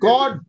God